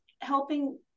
helping